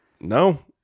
no